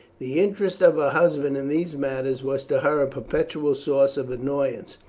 the interest of her husband in these matters was to her a perpetual source of annoyance.